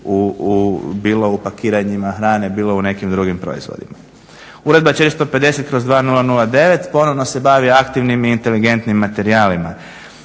bilo u pakiranjima hrane, bilo u nekim drugim proizvodima. Uredba 450/2009. ponovno se bavi aktivnim i inteligentnim materijalima.